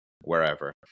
wherever